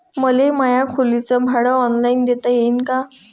मले माया खोलीच भाड ऑनलाईन देता येईन का?